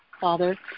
Father